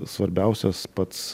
svarbiausias pats